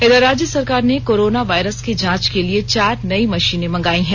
इधर राज्य सरकार ने कोरोना वायरस की जांच के लिए चार नई मशीनें मंगाई है